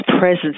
presence